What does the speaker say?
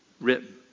written